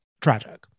tragic